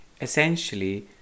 Essentially